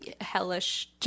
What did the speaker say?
hellish